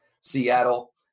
Seattle